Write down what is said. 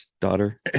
daughter